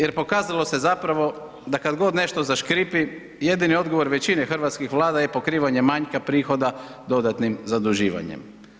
Jer pokazalo se zapravo da kada god nešto zaškripi, jedini odgovor većini hrvatskih vlada je pokrivanje manjka prihoda dodatnim zaduživanjem.